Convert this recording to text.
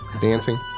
dancing